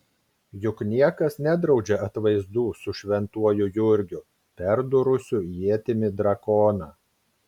juk niekas nedraudžia atvaizdų su šventuoju jurgiu perdūrusiu ietimi drakoną